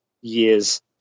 years